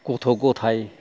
गथ' गथाय